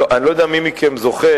אני לא יודע מי מכם זוכר,